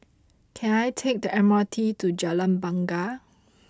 can I take the M R T to Jalan Bungar